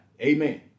Amen